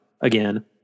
again